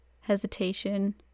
hesitation